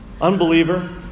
Unbeliever